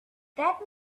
that